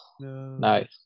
Nice